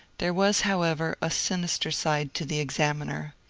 there was, however, a sinister side to the examiner.